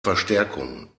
verstärkung